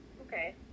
Okay